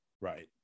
Right